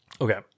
Okay